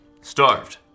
Starved